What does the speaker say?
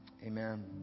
Amen